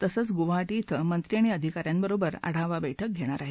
तसंच गुवाहाटी इथं मंत्री आणि अधिकाऱ्यांबरोबर आढावा बस्किही घेणार आहेत